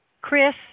Chris